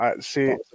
See